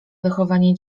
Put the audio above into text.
wychowanie